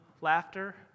laughter